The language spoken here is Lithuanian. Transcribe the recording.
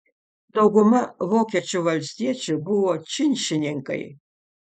dauguma vokiečių valstiečių buvo činšininkai